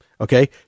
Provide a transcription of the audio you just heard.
okay